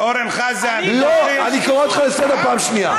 אני קורא אותך לסדר פעם שנייה.